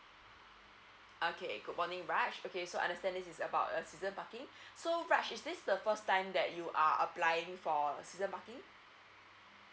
okay good morning raj okay so I understand this is about err season parking so raj is this the first time that you are applying for season parking